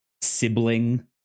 sibling